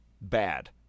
bad